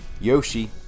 Yoshi